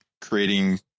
creating